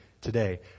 Today